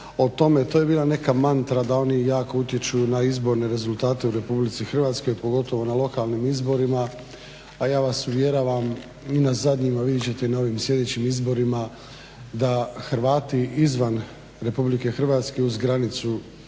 to je bila neka mantra da oni jako utječu na izborne rezultate u Republici Hrvatskoj, pogotovo na lokalnim izborima, a ja vas uvjeravam i na zadnjim, a vidjet ćete i na ovim sljedeći izborima da Hrvati izvan Republike Hrvatske uz granicu